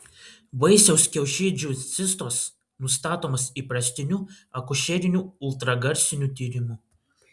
vaisiaus kiaušidžių cistos nustatomos įprastiniu akušeriniu ultragarsiniu tyrimu